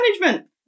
management